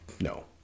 No